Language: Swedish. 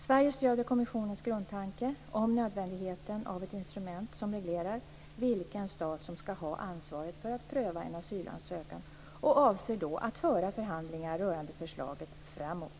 Sverige stöder kommissionens grundtanke om nödvändigheten av ett instrument som reglerar vilken stat som ska ha ansvaret för att pröva en asylansökan och avser då att föra förhandlingar rörande förslaget framåt.